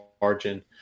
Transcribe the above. margin